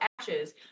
ashes